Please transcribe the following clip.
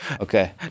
okay